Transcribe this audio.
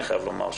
אני חייב לומר,